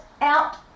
out